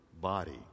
body